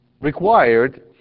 required